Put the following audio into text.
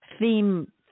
theme